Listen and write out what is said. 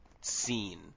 scene